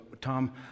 Tom